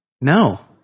no